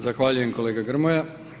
Zahvaljujem kolega Grmoja.